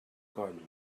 coll